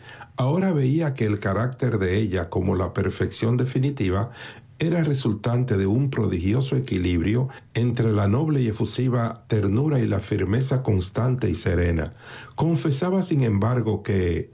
ahora veía que el carácter de ella como la perfección definitiva era resultante de un prodigioso equilibrio entre la noble y efusiva ternura y la firmeza consciente y serena confesaba sin embargo que